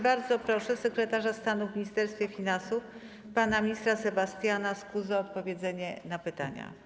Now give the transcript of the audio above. Bardzo proszę sekretarza stanu w Ministerstwie Finansów pana ministra Sebastiana Skuzę o odpowiedzi na pytania.